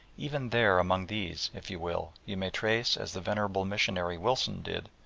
even there among these if you will, you may trace, as the venerable missionary wilson did,